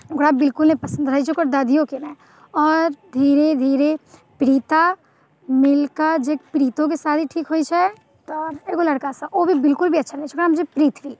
ओकरा बिलकुल नहि पसन्द रहैत छै ओकर दादिओके नहि आओर धीरे धीरे प्रीता मिलि कऽ जे प्रीतोके शादी ठीक होइत छै तऽ एगो लड़कासँ ओ भी बिलकुल भी अच्छा नहि छै ओकर नाम छै पृथ्वी